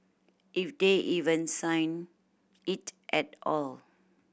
if they even sign it at all